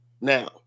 Now